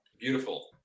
Beautiful